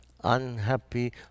unhappy